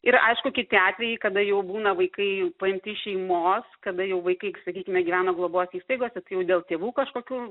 ir aišku kiti atvejai kada jau būna vaikai paimti iš šeimos kada jau vaikai sakykime gyvena globos įstaigose tai jau dėl tėvų kažkokių